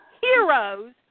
heroes